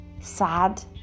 sad